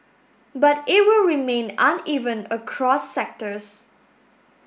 but it will remain uneven across sectors